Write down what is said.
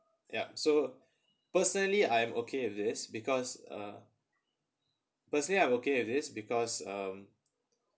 yup so personally I am okay with this because uh personally I'm okay with this because um